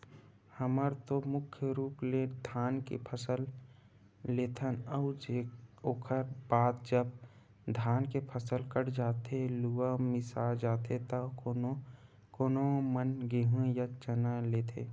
हमन तो मुख्य रुप ले धान के फसल लेथन अउ ओखर बाद जब धान के फसल कट जाथे लुवा मिसा जाथे त कोनो कोनो मन गेंहू या चना लेथे